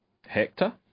Hector